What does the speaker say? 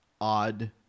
odd